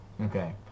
Okay